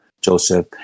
Joseph